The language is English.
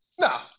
No